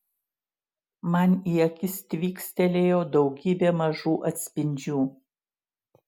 man į akis tvykstelėjo daugybė mažų atspindžių